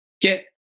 get